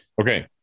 Okay